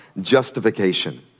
justification